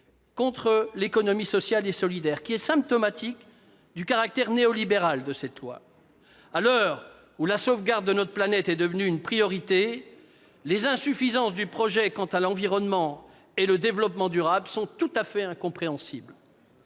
contre l'économie sociale et solidaire, qui est symptomatique du caractère néolibéral de ce projet de loi. À l'heure où la sauvegarde de notre planète est devenue une priorité, les insuffisances de ce texte quant à l'environnement et au développement durable sont tout à fait incompréhensibles.